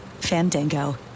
Fandango